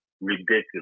ridiculous